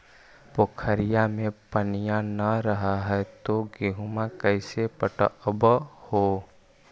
पोखरिया मे पनिया न रह है तो गेहुमा कैसे पटअब हो?